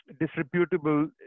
disreputable